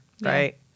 right